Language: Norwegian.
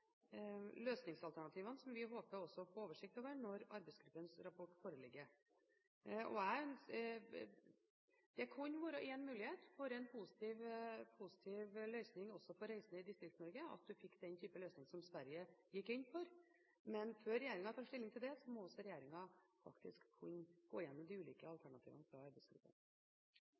løsningsalternativene vi håper å få oversikt over når arbeidsgruppens rapport foreligger. Den typen løsning som Sverige gikk inn for, kunne være én mulighet for en positiv løsning også for reisende i Distrikts-Norge, men før regjeringen tar stilling til det, må den gå igjennom de ulike alternativene fra